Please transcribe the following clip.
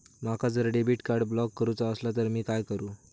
माका जर debit card block करूचा असला तर मी काय करू?